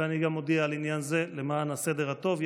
ואני גם מודיע על עניין זה למען הסדר הטוב.